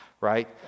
right